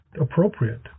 appropriate